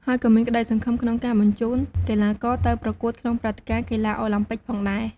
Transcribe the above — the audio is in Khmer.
ហើយក៏មានក្តីសង្ឃឹមក្នុងការបញ្ជូនកីឡាករទៅប្រកួតក្នុងព្រឹត្តិការណ៍កីឡាអូឡាំពិកផងដែរ។